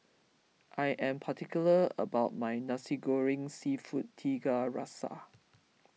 I am particular about my Nasi Goreng Seafood Tiga Rasa